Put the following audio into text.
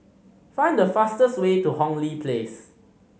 find the fastest way to Hong Lee Place